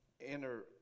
enter